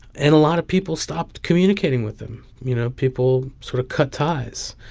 and a lot of people stopped communicating with him. you know, people sort of cut ties.